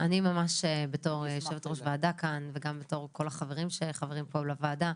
בתור יושבת-ראש ועדה כאן וגם בשם כל החברים שחברים פה בוועדה,